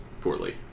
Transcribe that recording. poorly